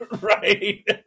Right